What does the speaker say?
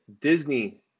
Disney